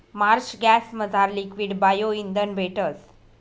Marsh गॅसमझार liquid bio इंधन भेटस